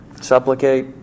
supplicate